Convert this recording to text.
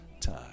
time